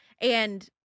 and-